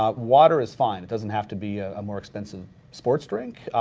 um water is fine, it doesn't have to be a more expensive sports drink.